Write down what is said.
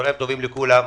צוהריים טובים לכולם,